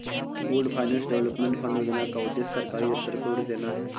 pooled finance development fund योजना का उद्देश्य सरकारी दफ्तर को ऋण देना है